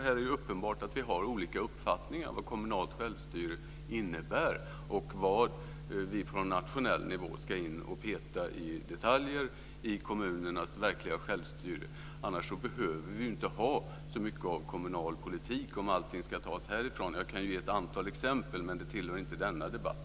Här är det uppenbart att vi har olika uppfattningar om vad kommunalt självstyre innebär och om vi på nationell nivå ska gå in och peta i detaljer i kommunernas verkliga självstyre. Annars behöver vi ju inte ha så mycket kommunal politik, om allting ska tas härifrån. Jag kan ge ett antal exempel, men det tillhör inte denna debatt.